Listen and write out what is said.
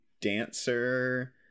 dancer